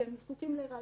כי הם זקוקים לראיות